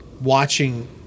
Watching